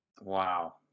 Wow